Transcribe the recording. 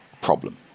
problem